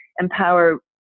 empower